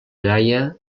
gaia